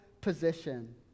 position